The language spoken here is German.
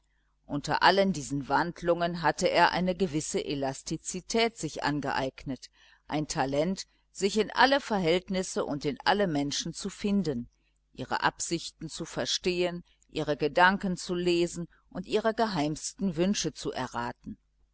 unter allen diesen wandlungen hatte er sich eine gewisse elastizität angeeignet ein talent sich in alle verhältnisse und in alle menschen zu finden ihre absichten zu verstehen ihre gedanken zu lesen und ihre geheimsten wünsche zu erraten